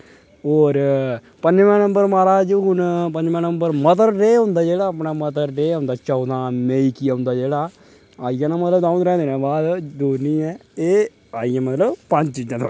होर पञमें नंबर मा'राज हुन पञमें नंबर मदर डे होंदा जेह्ड़ा अपना मदर डे होंदा चौह्दां मेई गी औंदा जेह्ड़ा आई जाना मा'राज द'ऊं त्रैंह् दिनें बाद दूर नेईं ऐ एह् आई गेआ मतलब पंज जन